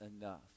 enough